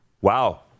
Wow